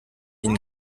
ihnen